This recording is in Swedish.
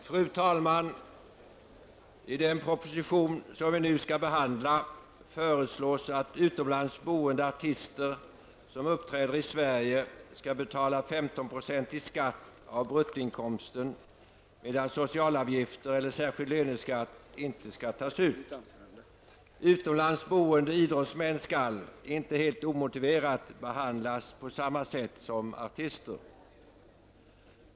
Fru talman! I proposition 159, som ligger till grund för det betänkande vi nu skall behandla, föreslås att utomlands boende artister som uppträder i Sverige skall betala 15 % i skatt av bruttoinkomsten medan socialavgifter eller särskild löneskatt inte skall tas ut. Utomlands boende idrottsmän skall -- inte helt omotiverat -- behandlas på samma sätt som artister.